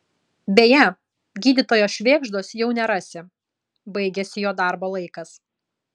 beje gydytojo švėgždos jau nerasi baigėsi jo darbo laikas